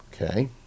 Okay